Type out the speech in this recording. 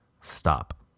stop